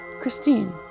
Christine